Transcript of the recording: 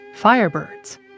firebirds